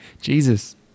Jesus